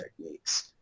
techniques